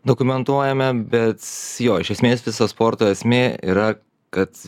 dokumentuojame bet jo iš esmės visa sporto esmė yra kad